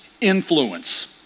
influence